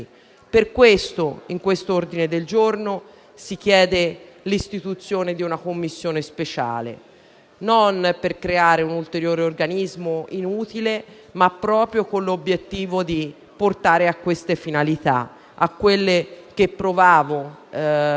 Per questo nell'ordine del giorno in esame si chiede l'istituzione di una Commissione speciale, non per creare un ulteriore organismo inutile, ma proprio con l'obiettivo di raggiungere queste finalità, che ho provato,